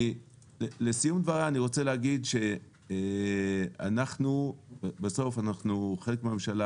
לסיום דבריי אני רוצה להגיד שאנחנו בסוף חלק מהממשלה,